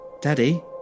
Daddy